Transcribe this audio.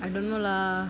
I don't know lah